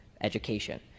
education